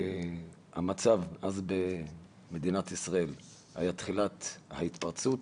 המצב אז במדינת ישראל היה תחילת ההתפרצות,